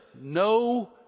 no